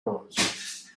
walls